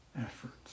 efforts